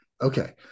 okay